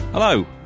Hello